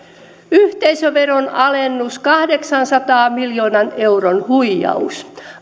yhteisöveron alennus kahdeksansadan miljoonan euron huijaus